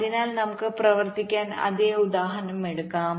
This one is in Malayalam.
അതിനാൽ നമുക്ക് പ്രവർത്തിക്കാൻ അതേ ഉദാഹരണം എടുക്കാം